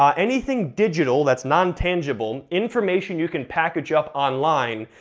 um anything digital that's non tangible, information you can package up online,